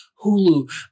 Hulu